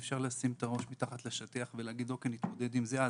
אי-אפשר לשים את הראש מתחת לשטיח ולהגיד: נתמודד עם זה אז.